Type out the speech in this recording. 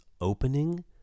opening